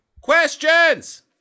Questions